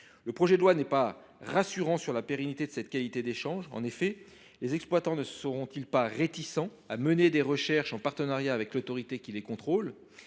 Le projet de loi n’est pas rassurant sur la pérennité de cette qualité d’échange. Les exploitants ne seront ils pas réticents à mener des recherches en partenariat avec l’autorité qui les contrôle ?